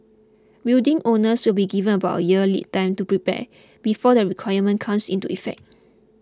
building owners will be given about year's lead time to prepare before the requirement comes into effect